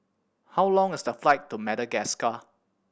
how long is the flight to Madagascar